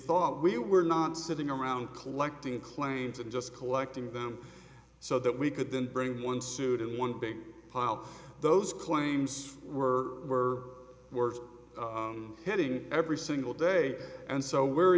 thought we were not sitting around collecting claims and just collecting them so that we could then bring one suit in one big pile those claims were were were heading every single day and so were